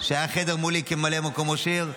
חבר הכנסת רון כץ היה חדר מולי כממלא מקום ראש העיר,